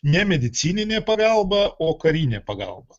ne medicininė pagalba o karinė pagalba